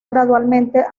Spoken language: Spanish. gradualmente